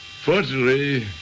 Fortunately